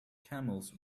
camels